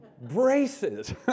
Braces